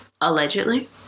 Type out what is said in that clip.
allegedly